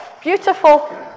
beautiful